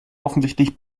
offensichtlich